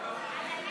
תודה לך,